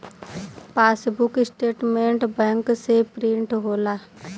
passbook statement bank से print होला